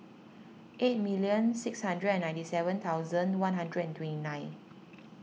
eight million six hundred and ninety seven thousand one hundred and twenty nine